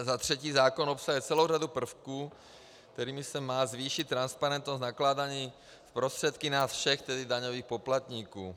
Za třetí zákon obsahuje celou řadu prvků, kterými se má zvýšit transparentnost nakládání s prostředky nás všech, tedy daňových poplatníků.